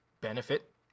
benefit